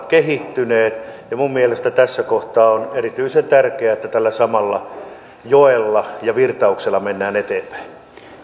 kehittyneet ja minun mielestäni tässä kohtaa on erityisen tärkeää että tällä samalla joella ja virtauksella mennään eteenpäin